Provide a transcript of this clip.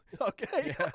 Okay